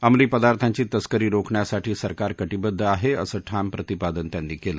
अंमली पदार्थांची तस्करी रोखण्यासाठी सरकार कटिबद्ध आहे असं ठाम प्रतिपादन त्यांनी केलं